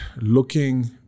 looking